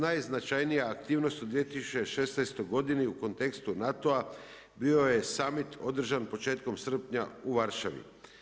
Najznačajnija sigurnost u 2016. godini u kontekstu NATO-a bio je summit održan početkom srpnja u Varšavi.